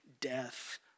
death